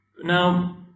Now